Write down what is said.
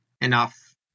enough